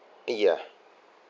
ya